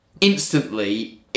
instantly